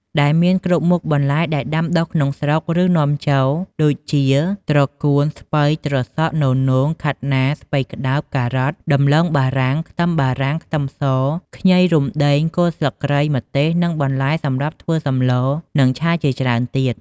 ដែលមានគ្រប់មុខបន្លែដែលដាំដុះក្នុងស្រុក ឬនាំចូល ដូចជា ត្រកួន ស្ពៃ ត្រសក់ ននោង ខាត់ណា ស្ពៃក្តោប ការ៉ុត ដំឡូងបារាំង ខ្ទឹមបារាំង ខ្ទឹមស ខ្ញី រំដេង គល់ស្លឹកគ្រៃ ម្ទេស និងបន្លែសម្រាប់ធ្វើសម្លរ និងឆាជាច្រើនទៀត។